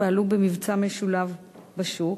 פעלו במבצע משותף בשוק,